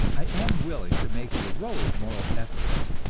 i am willing to make heroic moral efforts,